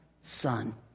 son